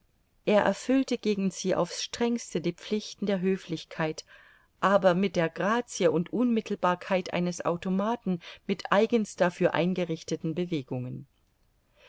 er erfüllte gegen sie auf's strengste die pflichten der höflichkeit aber mit der grazie und unmittelbarkeit eines automaten mit eigens dafür eingerichteten bewegungen